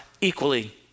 equally